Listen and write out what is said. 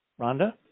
Rhonda